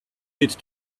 did